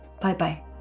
Bye-bye